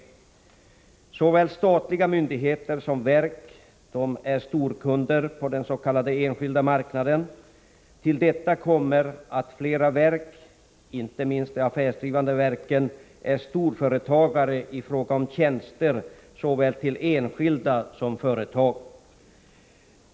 Såväl statliga myndigheter som verk är storkunder på den s.k. enskilda marknaden. Till detta kommer att flera verk — inte minst de affärsdrivande verken — är storföretagare i fråga om tjänster till såväl enskilda som företag.